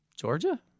Georgia